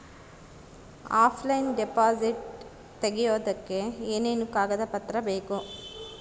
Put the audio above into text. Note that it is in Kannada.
ಆಫ್ಲೈನ್ ಡಿಪಾಸಿಟ್ ತೆಗಿಯೋದಕ್ಕೆ ಏನೇನು ಕಾಗದ ಪತ್ರ ಬೇಕು?